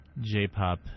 J-pop